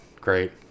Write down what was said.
great